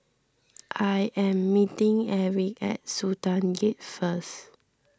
I am meeting Eric at Sultan Gate first